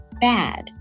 bad